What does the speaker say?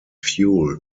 fuel